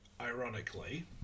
ironically